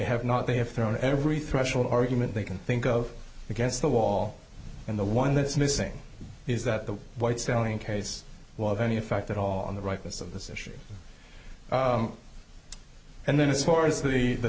have not they have thrown every threshold argument they can think of against the wall and the one that's missing is that the white selling case of any effect at all on the rightness of this issue and then as far as the t